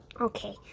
Okay